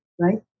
right